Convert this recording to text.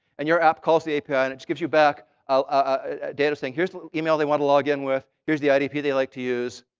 and your app calls the api. and it gives you back a data string. here's the email they want to log in with. here's the idp they like to use.